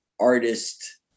artist